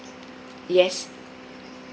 yes